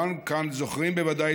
וכולם כאן זוכרים בוודאי,